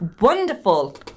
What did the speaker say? wonderful